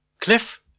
cliff